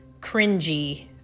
cringy